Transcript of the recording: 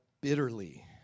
bitterly